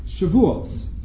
Shavuos